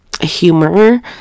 humor